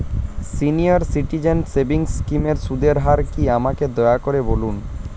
senior citizen savings স্কিমের সুদের হার কী আমাকে দয়া করে বলুন